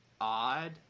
odd